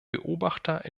beobachter